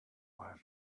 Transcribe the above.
mal